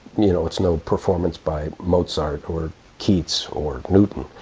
you know, it's no performance by mozart or keats or newton,